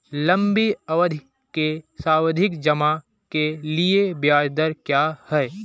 लंबी अवधि के सावधि जमा के लिए ब्याज दर क्या है?